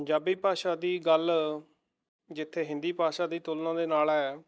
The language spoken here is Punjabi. ਪੰਜਾਬੀ ਭਾਸ਼ਾ ਦੀ ਗੱਲ ਜਿੱਥੇ ਹਿੰਦੀ ਭਾਸ਼ਾ ਦੀ ਤੁਲਨਾ ਦੇ ਨਾਲ ਹੈ